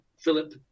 Philip